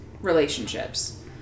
relationships